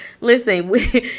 Listen